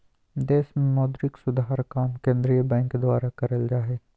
देश मे मौद्रिक सुधार काम केंद्रीय बैंक द्वारा करल जा हय